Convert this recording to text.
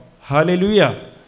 Hallelujah